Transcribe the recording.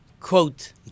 quote